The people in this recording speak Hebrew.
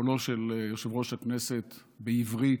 קולו של יושב-ראש הכנסת בעברית,